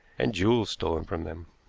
and jewels stolen from them.